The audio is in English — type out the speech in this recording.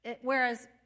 Whereas